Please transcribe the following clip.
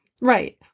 Right